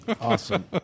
awesome